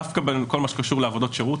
דווקא בכל מה שקשור לעבודות שירות,